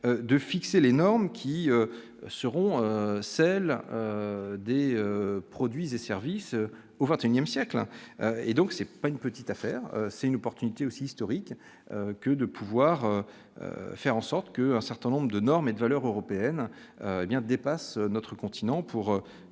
de fixer les normes qui seront celles des produits et services au XXIe siècle, et donc c'est pas une petite affaire, c'est une opportunité aussi historique que de pouvoir faire en sorte que un certain nombre de normes de valeurs européennes et bien dépasse notre continent pour